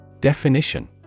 Definition